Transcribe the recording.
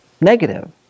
negative